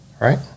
Right